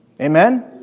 Amen